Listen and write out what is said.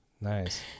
nice